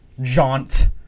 jaunt